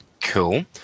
Cool